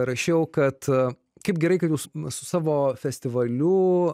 rašiau kad kaip gerai kad jūs mus su savo festivaliu